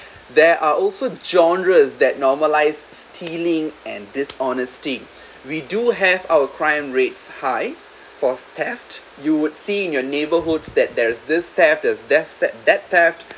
there are also genres that normal life stealing and dishonesty we do have our crime rates high for theft you would seen your neighborhoods that there's this theft there's that theft that that theft